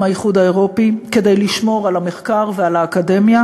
האיחוד האירופי כדי לשמור על המחקר ועל האקדמיה.